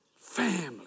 Family